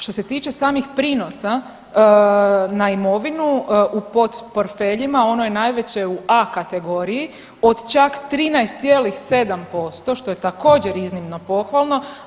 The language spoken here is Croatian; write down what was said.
Što se tiče samih prinosa na imovinu u potporfeljima ono je najveće u A kategoriji od čak 13,7% što je također iznimno pohvalno.